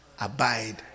abide